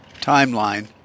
timeline